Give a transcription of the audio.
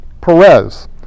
Perez